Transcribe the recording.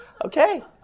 Okay